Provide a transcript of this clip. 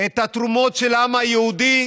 את התרומות של העם היהודי,